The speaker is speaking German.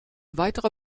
weitere